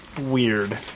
weird